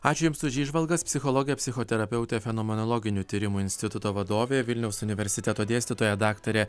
ačiū jums už įžvalgas psichologė psichoterapeutė fenomenologinių tyrimų instituto vadovė vilniaus universiteto dėstytoja daktarė